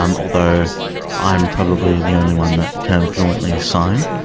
um although i'm probably the only one that can fluently sign.